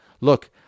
Look